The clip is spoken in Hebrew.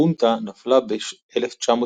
החונטה נפלה ב-1974,